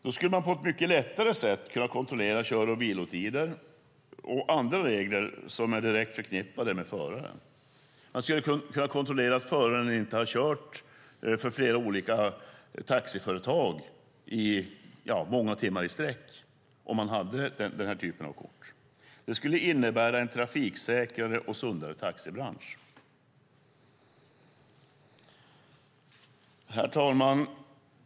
Då skulle man mycket lättare kunna kontrollera kör och vilotider och andra regler som är direkt förknippade med föraren. Man kan kontrollera att föraren inte har kört för flera olika taxiföretag i många timmar i sträck. Det skulle innebära en trafiksäkrare och sundare taxibransch.